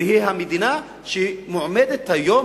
והיא המדינה שמועמדת היום,